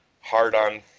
hard-on